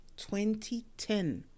2010